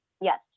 Yes